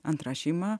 antra šeima